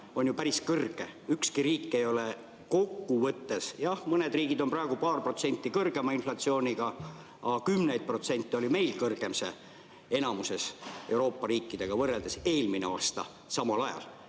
on ju päris kõrge. Ükski riik ei ole … Kokkuvõttes jah, mõned riigid on praegu paar protsenti kõrgema inflatsiooniga, aga meil oli see kümneid protsente kõrgem enamuse Euroopa riikidega võrreldes eelmine aasta samal ajal.